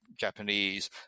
Japanese